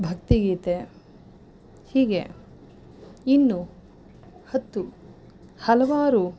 ಭಕ್ತಿಗೀತೆ ಹೀಗೆ ಇನ್ನೂ ಹತ್ತು ಹಲವಾರು